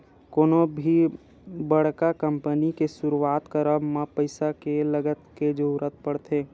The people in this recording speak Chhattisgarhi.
कोनो भी बड़का कंपनी के सुरुवात करब म पइसा के नँगत के जरुरत पड़थे